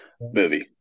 movie